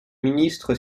ministre